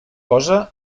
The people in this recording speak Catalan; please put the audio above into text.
cosa